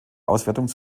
auswertung